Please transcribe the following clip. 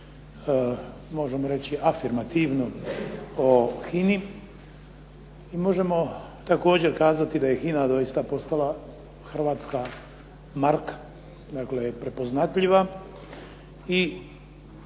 možemo reći afirmativno o HINA-i i možemo također kazati da je HINA doista postala hrvatska marka, dakle prepoznatljiva i u tom